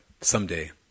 someday